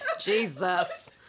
Jesus